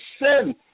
sin